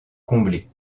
combler